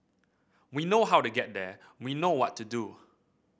we know how to get there we know what to do